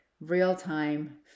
real-time